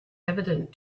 evident